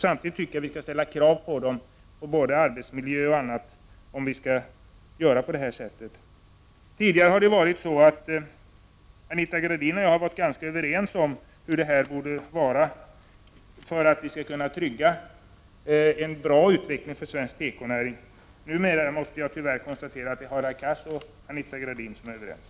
Samtidigt tycker jag att vi skall ställa krav på dem bl.a. när det gäller arbetsmiljö, om vi skall göra på detta sätt. Tidigare har Anita Gradin och jag varit ganska överens om hur vi skall kunna trygga en bra utveckling för svensk tekonäring. Jag måste tyvärr konstatera att det numera är Hadar Cars och Anita Gradin som är överens.